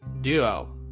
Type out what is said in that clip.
Duo